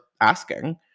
asking